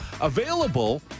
Available